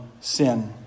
sin